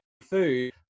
food